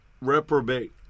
reprobate